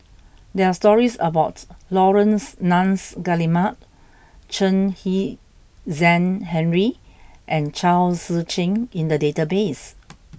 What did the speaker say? there are stories about Laurence Nunns Guillemard Chen Kezhan Henri and Chao Tzee Cheng in the database